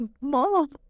Mom